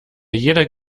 jeder